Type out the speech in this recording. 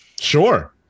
Sure